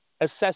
assess